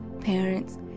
parents